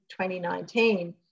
2019